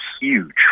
huge